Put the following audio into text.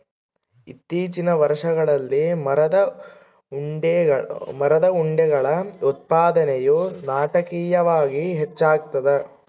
ಇತ್ತೀಚಿನ ವರ್ಷಗಳಲ್ಲಿ ಮರದ ಉಂಡೆಗಳ ಉತ್ಪಾದನೆಯು ನಾಟಕೀಯವಾಗಿ ಹೆಚ್ಚಾಗ್ತದ